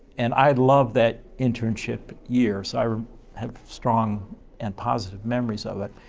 and i loved that internship year, so i have strong and positive memories of it.